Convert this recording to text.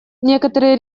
некоторые